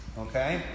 okay